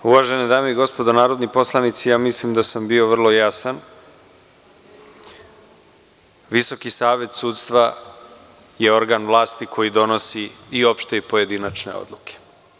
Uvažene dame i gospodo narodni poslanici, ja mislim da sam bio vrlo jasan, VSS je organ vlasti koji donosi i opšte i pojedinačne odluke.